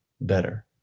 better